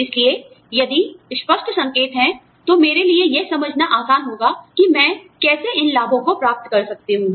इसलिए यदि स्पष्ट संकेत हैं तो मेरे लिए यह समझना आसान होगा कि मैं कैसे इन लाभों को प्राप्त कर सकती हूँ